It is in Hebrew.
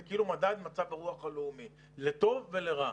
זה כאילו מדד מצב הרוח הלאומי לטוב ולרע.